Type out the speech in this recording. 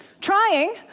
trying